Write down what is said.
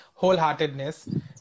wholeheartedness